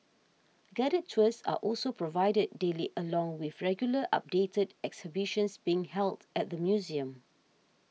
guided tours are also provided daily along with regularly updated exhibitions being held at the museum